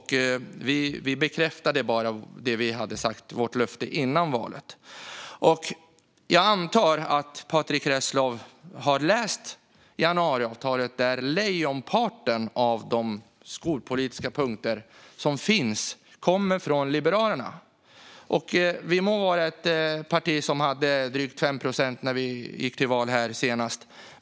Vi bekräftade bara vårt löfte före valet. Jag antar att Patrick Reslow har läst januariavtalet, där lejonparten av de skolpolitiska punkterna kommer från Liberalerna. Vi må vara ett parti som hade drygt 5 procent i valet senast.